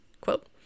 quote